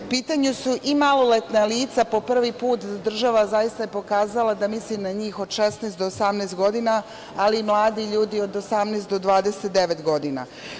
U pitanju su i maloletna lica, po prvi put država je zaista pokazala da mislim na njih, od 16 do 18 godina, ali i mladi ljudi od 18 do 29 godina.